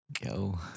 Go